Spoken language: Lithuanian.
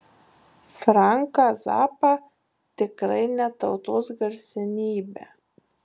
franką zappą tikrai ne tautos garsenybę